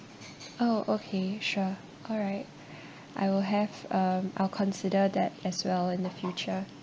oh okay sure alright I will have um I'll consider that as well in the future